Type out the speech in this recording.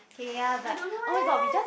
okay ya but oh-my-god we just